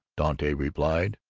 dante replied.